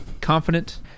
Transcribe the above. confident